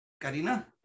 Karina